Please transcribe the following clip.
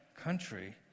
country